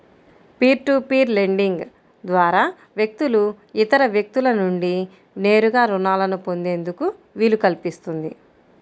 peer to peer lending ద్వారా వ్యక్తులు ఇతర వ్యక్తుల నుండి నేరుగా రుణాలను పొందేందుకు వీలు కల్పిస్తుంది